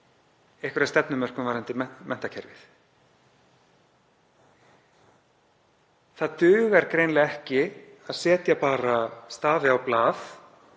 einhverja stefnumörkun varðandi menntakerfið? Það dugar greinilega ekki að setja bara stafi á blað